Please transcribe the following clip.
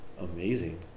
amazing